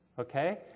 okay